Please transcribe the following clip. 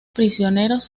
prisioneros